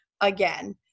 again